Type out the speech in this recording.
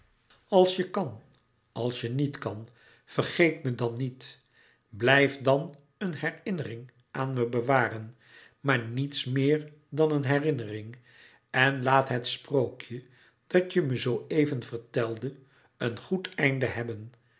als je kan als je niet kan vergeet me dan niet blijf dan een herinnering aan me bewaren maar niets meer dan een herinnering en laat het sprookje dat je me zoo even vertelde een goed einde hebben